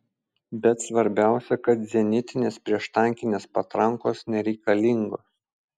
bet svarbiausia kad zenitinės prieštankinės patrankos nereikalingos